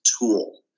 tool